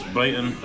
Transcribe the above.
Brighton